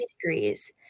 degrees